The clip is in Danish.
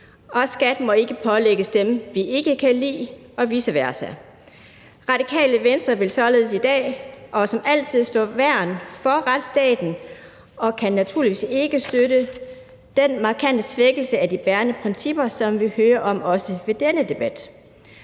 og skat må ikke kun pålægges dem, vi ikke kan lide, og vice versa. Radikale Venstre vil således i dag og som altid stå værn om retsstaten og kan naturligvis ikke støtte den markante svækkelse af de bærende principper, som vi hører om også ved denne debat.